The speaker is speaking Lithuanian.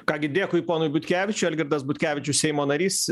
ką gi dėkui ponui butkevičiui algirdas butkevičius seimo narys